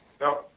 No